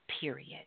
period